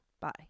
Bye